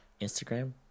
Instagram